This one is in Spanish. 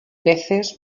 peces